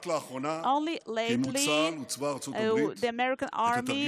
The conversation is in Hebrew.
רק לאחרונה קיימו צה"ל וצבא ארצות הברית את